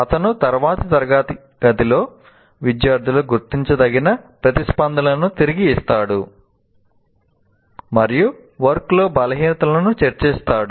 అతను తరువాతి తరగతిలోని విద్యార్థులకు గుర్తించదగిన ప్రతిస్పందనలను తిరిగి ఇస్తాడు మరియు వర్క్ లో బలహీనతలను చర్చిస్తాడు